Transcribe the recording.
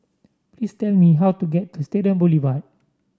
please tell me how to get to Stadium Boulevard